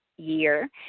year